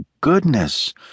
goodness